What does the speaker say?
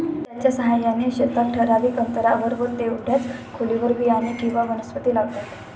त्याच्या साहाय्याने शेतात ठराविक अंतरावर व तेवढ्याच खोलीवर बियाणे किंवा वनस्पती लावतात